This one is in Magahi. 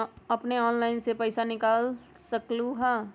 अपने ऑनलाइन से पईसा निकाल सकलहु ह?